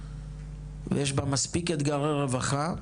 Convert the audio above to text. ויש בה מספיק אתגרי רווחה,